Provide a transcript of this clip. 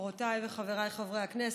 חברותיי וחברי הכנסת,